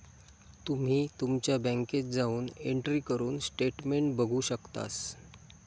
तुम्ही तुमच्या बँकेत जाऊन एंट्री करून स्टेटमेंट बघू शकतास